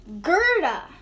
Gerda